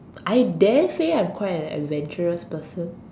I dare say I'm quite an adventurous person